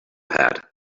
had